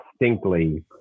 distinctly